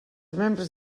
membres